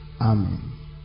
Amen